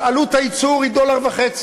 עלות הייצור היא 1.5 דולר.